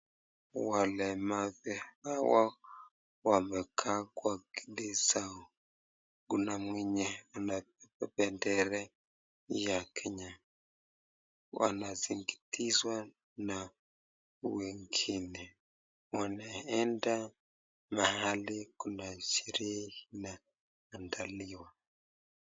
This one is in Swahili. Walemavu hawa wamekaa kwa kiti zao, kuna mwenye amebeba bendera ya kenya, wanasindikizwa na wengine, wanaenda mahaki yenye sherehe inaandaliwa.